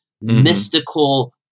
mystical